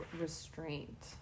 restraint